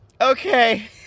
okay